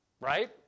right